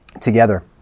together